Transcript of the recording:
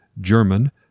German